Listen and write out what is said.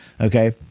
Okay